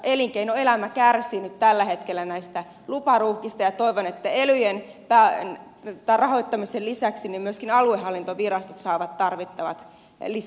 elinkeinoelämä kärsii nyt tällä hetkellä näistä luparuuhkista ja toivon että elyjen rahoittamisen lisäksi myöskin aluehallintovirastot saavat tarvittavat lisäresurssit